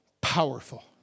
powerful